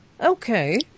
Okay